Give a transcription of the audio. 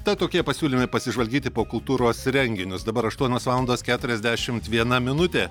tad tokie pasiūlymai pasižvalgyti po kultūros renginius dabar aštuonios valandos keturiasdešimt viena minutė